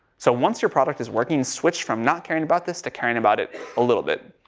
so, once your product is working, switch from not caring about this, to caring about it a little bit.